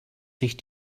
sich